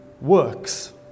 works